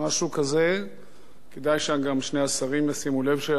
כדאי שגם שני השרים ישימו לב שזמן הנעילה מתקרב.